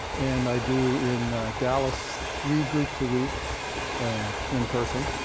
and i do, in dallas, three groups a week in person.